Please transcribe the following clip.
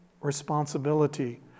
responsibility